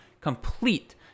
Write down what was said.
complete